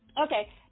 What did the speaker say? Okay